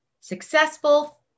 successful